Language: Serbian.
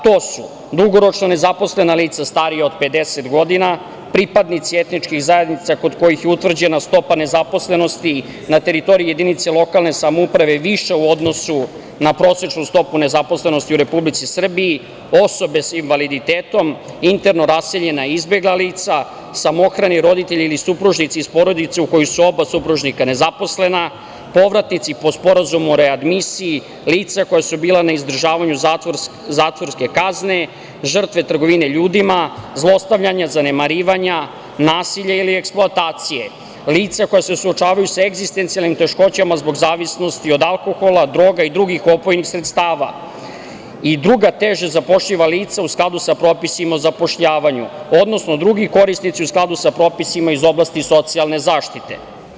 To su, dugoročno nezaposlena lica starija od 50 godina, pripadnici etničkih zajednica kod kojih je utvrđena stopa nezaposlenosti na teritoriji jedinice lokalne samouprave više u odnosu na prosečnu stopu nezaposlenosti u Republici Srbiji, osobe sa invaliditetom, interno raseljena izbegla lica, samohrani roditelji ili supružnici iz porodice u kojoj su oba supružnika nezaposlena, povratnici po Sporazumu o readmisiji, lica koja su bila na izdržavanju zatvorske kazne, žrtve trgovine ljudima, zlostavljana, zanemarivanja, nasilje ili eksploatacije, lica koja se suočavaju sa egzistencijalnim teškoćama zbog zavisnosti od alkohola, droga i drugih opojnih sredstava i druga teže zapošljiva lica u skladu sa propisima o zapošljavanju, odnosno drugi korisnici u skladu sa propisima iz oblasti socijalne zaštite.